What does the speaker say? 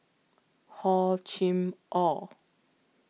Hor Chim Or